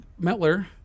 Mettler